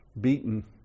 beaten